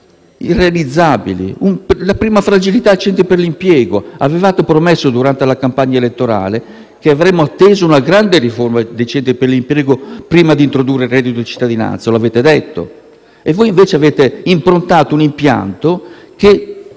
irrealizzabili. La prima fragilità sono i centri per l'impiego: avevate promesso durante la campagna elettorale che avremmo atteso una grande riforma dei centri per l'impiego prima di introdurre il reddito cittadinanza. Lo avete detto e invece avete improntato un impianto